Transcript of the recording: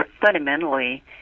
fundamentally